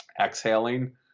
exhaling